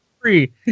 free